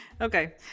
Okay